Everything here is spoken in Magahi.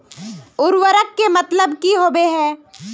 उर्वरक के मतलब की होबे है?